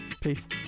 Peace